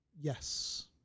Yes